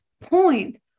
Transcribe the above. point